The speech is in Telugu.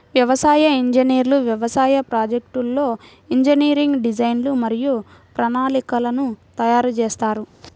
వ్యవసాయ ఇంజనీర్లు వ్యవసాయ ప్రాజెక్ట్లో ఇంజనీరింగ్ డిజైన్లు మరియు ప్రణాళికలను తయారు చేస్తారు